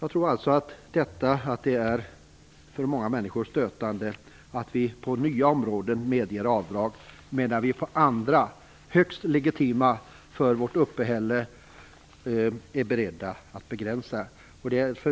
Jag tror att det för många människor är stötande att vi på nya områden medger avdrag, medan vi inom andra, högst legitima för vårt uppehälle, är beredda att begränsa avdragen.